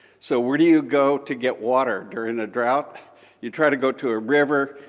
so where do you you go to get water during a drought you try to go to a river.